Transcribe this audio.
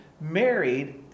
married